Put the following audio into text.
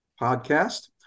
podcast